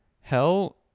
hell